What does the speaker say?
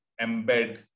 embed